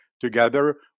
Together